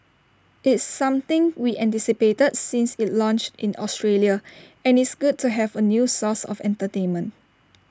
it's something we anticipated since IT launched in Australia and it's good to have A new source of entertainment